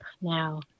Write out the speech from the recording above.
now